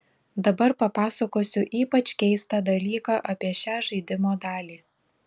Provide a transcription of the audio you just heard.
dabar papasakosiu ypač keistą dalyką apie šią žaidimo dalį